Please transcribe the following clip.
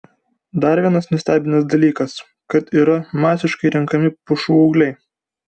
dar vienas nustebinęs dalykas kad yra masiškai renkami pušų ūgliai